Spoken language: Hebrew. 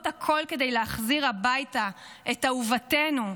הכול כדי להחזיר הביתה את אהובתנו,